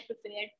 prepared